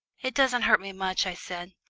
it doesn't hurt me much, i said.